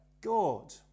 God